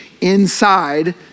inside